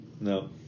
No